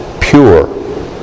pure